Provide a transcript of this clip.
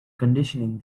conditioning